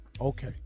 Okay